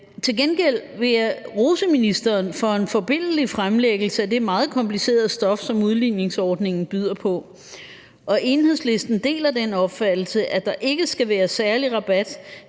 Til gengæld vil jeg rose ministeren for en forbilledlig fremlæggelse af det meget komplicerede stof, som udligningsordningen byder på. Enhedslisten deler den opfattelse, at der ikke skal være særlig rabat